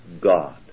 God